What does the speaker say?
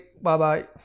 bye-bye